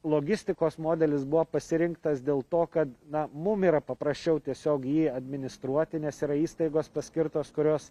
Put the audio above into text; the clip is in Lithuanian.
logistikos modelis buvo pasirinktas dėl to kad na mum yra paprasčiau tiesiogiai jį administruoti nes yra įstaigos paskirtos kurios